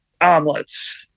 omelets